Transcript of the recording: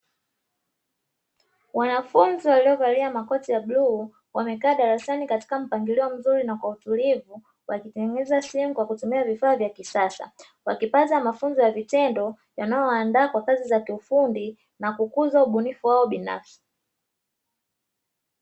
Wanafunzi waliovalia makoti ya bluu, wamekaa darasani katika mpangilio mzuri na kwa utulivu; wakitengeneza simu kwa kutumia vifaa vya kisasa. Wakipata mafunzo ya vitendo yanayowaandaa kwa kazi za kiufundi na kukuza ubunifu wao binafsi.